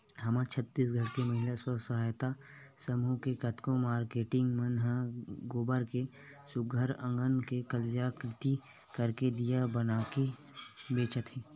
हमर छत्तीसगढ़ के महिला स्व सहयता समूह के कतको मारकेटिंग मन ह गोबर के सुग्घर अंकन ले कलाकृति करके दिया बनाके बेंचत हे